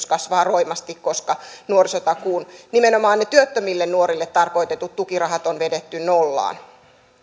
kasvaa roimasti koska nuorisotakuun nimenomaan työttömille nuorille tarkoitetut tukirahat on vedetty nollaan